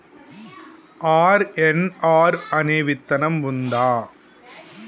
RNR అనే విత్తనం ఉందా?